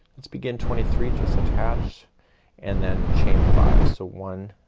let's begin twenty three. just attach and then chain five. so one,